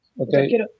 Okay